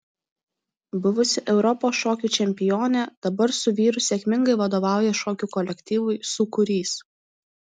buvusi europos šokių čempionė dabar su vyru sėkmingai vadovauja šokių kolektyvui sūkurys